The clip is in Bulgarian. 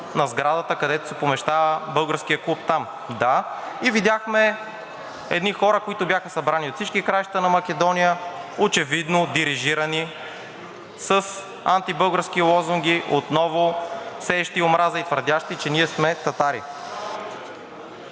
на сградата, където се помещава Българският клуб там, да. И видяхме едни хора, които бяха събрани от всички краища на Македония, очевидно дирижирани с антибългарски лозунги, отново сеещи омраза и твърдящи, че ние сме татари.